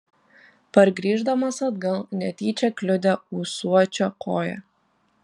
pargrįždamas atgal netyčia kliudė ūsuočio koją